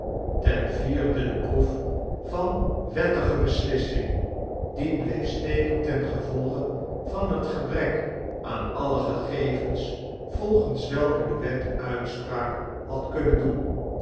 ten vierde de proef van wettige beslissing die bleef steken ten gevolge van het gebrek aan alle gegevens volgens welke de wet uitspraak had kunnen doen